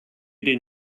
den